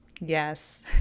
Yes